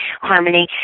harmony